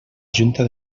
junta